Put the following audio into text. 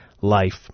life